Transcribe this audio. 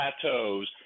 plateaus